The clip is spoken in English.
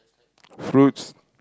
fruit